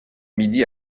midi